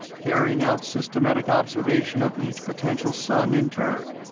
carrying out systematic observation of each potential sun in turn.